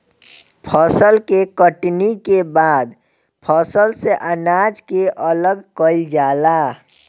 फसल के कटनी के बाद फसल से अनाज के अलग कईल जाला